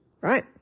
right